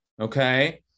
okay